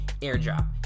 airdrop